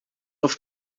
auf